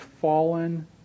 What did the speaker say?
fallen